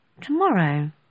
tomorrow